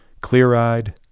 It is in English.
Clear-eyed